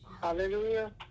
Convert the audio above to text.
Hallelujah